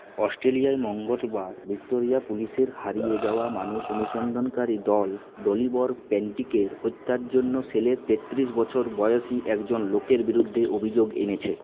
অস্ট্রেলিয়ায় মঙ্গলবার ভিক্টোরিয়া পুলিশের হারিয়ে যাওয়া মানুষ অনুসন্ধানকারী দল ডলিবর প্যান্টিকের হত্যার জন্য সেলের তেত্রিশ বছর বয়সী একজন লোকের বিরুদ্ধে অভিযোগ এনেছে